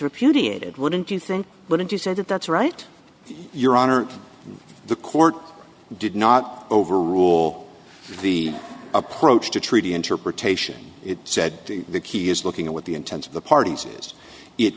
repudiated wouldn't you think wouldn't you say that that's right your honor the court did not overrule the approach to treaty interpretation it said the key is looking at what the intent of the parties is it